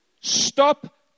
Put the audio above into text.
Stop